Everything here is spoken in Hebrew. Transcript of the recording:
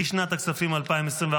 לשנת הכספים 2024,